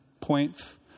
points